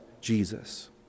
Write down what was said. Jesus